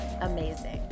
amazing